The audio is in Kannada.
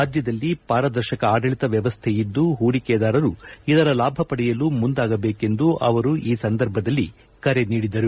ರಾಜ್ಯದಲ್ಲಿ ಪಾರದರ್ಶಕ ಆಡಳಿತ ವ್ಯವಸ್ಥೆಯಿದ್ದು ಹೂಡಿಕೆದಾರರು ಇದರ ಲಾಭ ಪಡೆಯಲು ಮುಂದಾಗಬೇಕೆಂದು ಅವರು ಈ ಸಂದರ್ಭದಲ್ಲಿ ಕರೆ ನೀಡಿದರು